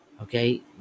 okay